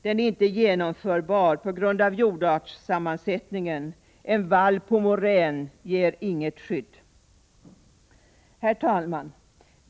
Den är inte genomförbar på grund av jordartssammansättningen. En vall på morän ger inget skydd. Herr talman!